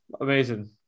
amazing